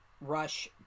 rush